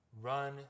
run